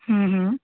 हम्म हम्म